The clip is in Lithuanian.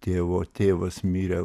tėvo tėvas mirė